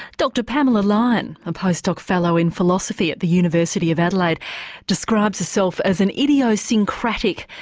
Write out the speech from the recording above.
dr pamela lyon, a post-doc fellow in philosophy at the university of adelaide describes herself as an idiosyncratic,